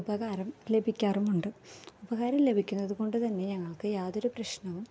ഉപകാരം ലഭിക്കാറുമുണ്ട് ഉപകാരം ലഭിക്കുന്നതുകൊണ്ട് തന്നെ ഞങ്ങൾക്ക് യാതൊര് പ്രശ്നവും